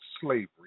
slavery